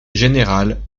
générales